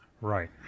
Right